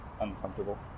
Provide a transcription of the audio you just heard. uncomfortable